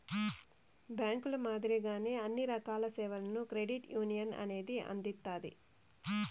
బ్యాంకుల మాదిరిగానే అన్ని రకాల సేవలను క్రెడిట్ యునియన్ అనేది అందిత్తాది